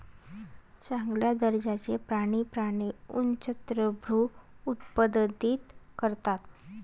चांगल्या दर्जाचे प्राणी प्राणी उच्चभ्रू उत्पादित करतात